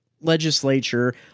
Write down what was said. legislature